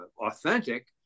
authentic